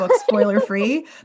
spoiler-free